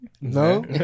No